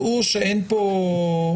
שלום לכולם,